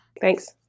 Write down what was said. Thanks